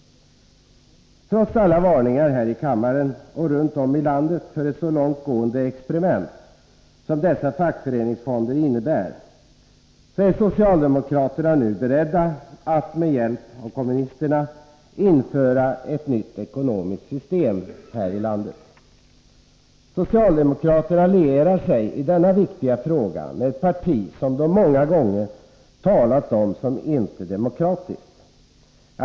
Trots alla varningar här i kammaren och runt om i landet för ett så långtgående experiment som dessa fackföreningsfonder innebär är socialdemokraterna nu beredda att med hjälp av kommunisterna införa ett nytt ekonomiskt system här i landet. Socialdemokraterna allierar sig i denna viktiga fråga med ett parti som de många gånger talat om som inte demokratiskt.